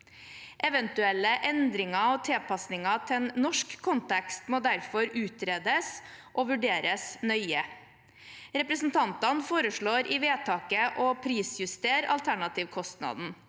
Eventuelle endringer og tilpasninger til en norsk kontekst må derfor utredes og vurderes nøye. Representantene foreslår i vedtaket å prisjustere alternativkostnaden.